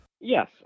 Yes